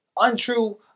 Untrue